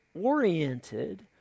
oriented